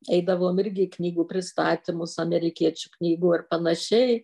eidavom irgi į knygų pristatymus amerikiečių knygų ir panašiai